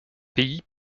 pays